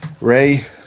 ray